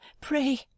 Pray